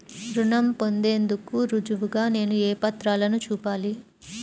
రుణం పొందేందుకు రుజువుగా నేను ఏ పత్రాలను చూపాలి?